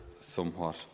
somewhat